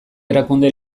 erakunde